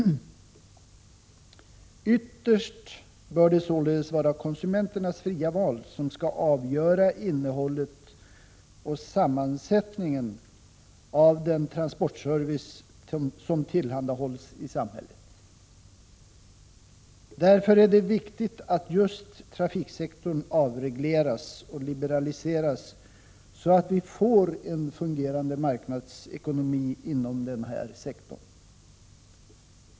Ytterst bör det således vara konsumenternas fria val som avgör innehållet i och sammansättningen av den transportservice som tillhandahålls i samhället. Därför är det viktigt att just trafiksektorn avregleras och liberaliseras, så att en fungerande marknadsekonomi skapas inom denna sektor.